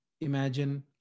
Imagine